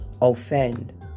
offend